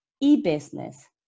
e-business